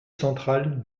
central